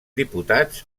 diputats